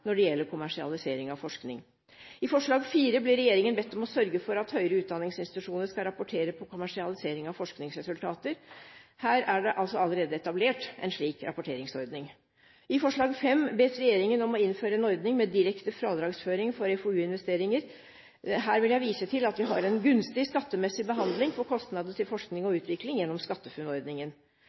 når det gjelder kommersialisering av forskning. I punkt 4 blir regjeringen bedt om å sørge for at høyere utdanningsinstitusjoner skal rapportere om kommersialisering av forskningsresultater. Her er det allerede etablert en slik rapporteringsordning. I punkt 5 bes regjeringen om å innføre en ordning med direkte fradragsføring for FoU-investeringer. Her vil jeg vise til at vi har en gunstig skattemessig behandling for kostnader til forskning og utvikling gjennom